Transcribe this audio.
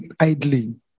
idling